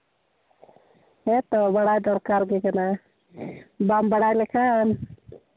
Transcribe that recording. ᱦᱮᱸ ᱛᱚ ᱵᱟᱲᱟᱭ ᱫᱚᱨᱠᱟᱨ ᱜᱮ ᱠᱟᱱᱟ ᱵᱟᱢ ᱵᱟᱲᱟᱭ ᱞᱮᱠᱷᱟᱱ